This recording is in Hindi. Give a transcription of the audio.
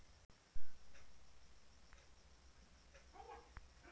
खरपतवार को कैसे रोका जाए?